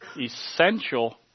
essential